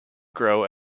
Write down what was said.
grow